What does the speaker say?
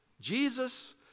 Jesus